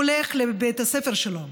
הולך לבית הספר שלו,